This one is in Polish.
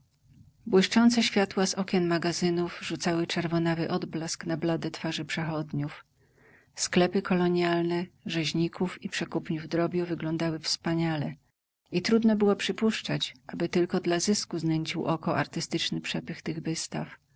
błyszczące światła z okien magazynów rzucały czerwonawy odblask na blade twarze przechodniów sklepy kolonialne rzeźników i przekupniów drobiu wyglądały wspaniale i trudno było przypuszczać aby tylko dla zysku nęcił oko artystyczny przepych tych wystaw